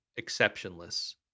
exceptionless